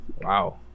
Wow